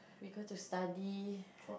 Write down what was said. we go to study